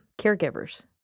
caregivers